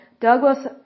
Douglas